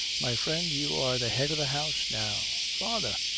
my friend, you are the head of the house now father!